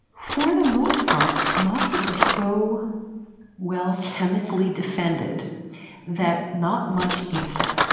for the most part, mosses are so well chemically defended that not much eats them.